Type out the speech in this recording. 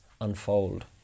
unfold